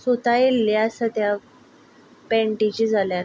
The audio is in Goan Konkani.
सुतां येल्ले आसा ते पेण्टीची बीन जाल्यार